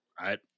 right